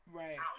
right